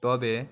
তবে